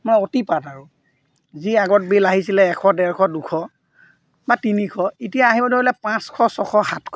মই অতিপাত আৰু যি আগত বিল আহিছিলে এশ ডেৰশ দুশ বা তিনিশ এতিয়া আহিব ধৰিলে পাঁচশ ছয়শ সাতশ